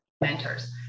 mentors